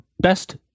best